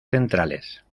centrales